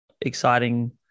exciting